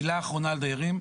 מילה אחרונה על דיירים,